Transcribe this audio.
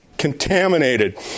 contaminated